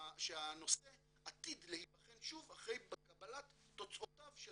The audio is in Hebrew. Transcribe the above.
שהנושא עתיד להיבחן שוב אחרי קבלת תוצאותיו של